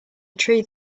tree